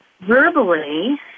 verbally